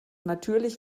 natürlich